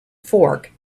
fork